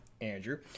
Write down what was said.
Andrew